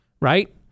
right